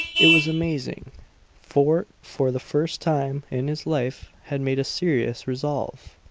it was amazing fort, for the first time in his life had made a serious resolve!